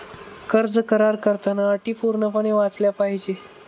कर्ज करार करताना अटी पूर्णपणे वाचल्या पाहिजे